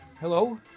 Hello